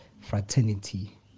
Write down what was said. fraternity